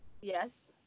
Yes